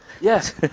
Yes